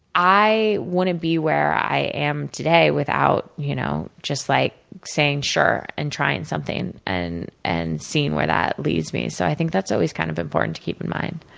i wouldn't' be where i am today without you know just like saying, sure, and trying something. and and, seeing where that leads me. so, i think that's always kind of important to keep in mind.